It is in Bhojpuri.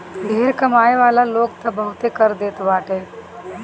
ढेर कमाए वाला लोग तअ बहुते कर देत बाटे